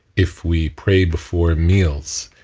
if we pray before meals,